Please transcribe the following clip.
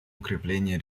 укрепление